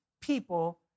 people